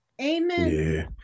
Amen